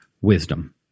wisdom